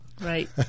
right